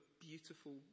beautiful